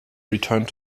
returned